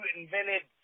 invented